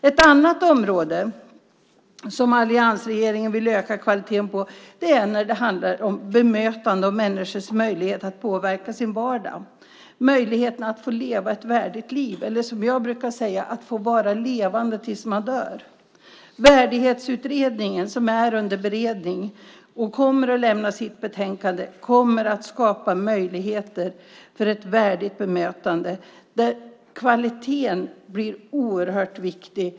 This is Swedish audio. Ett annat område där alliansregeringen vill öka kvaliteten är det som gäller bemötande och människors möjlighet att påverka sin vardag, möjligheten att få leva ett värdigt liv, eller, som jag brukar säga, att få vara levande tills man dör. Värdighetsutredningen, som är under beredning, har avlämnat sitt betänkande. Det kommer att skapa möjligheter för ett värdigt bemötande där kvaliteten blir oerhört viktig.